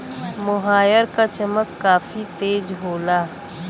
मोहायर क चमक काफी तेज होला